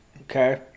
Okay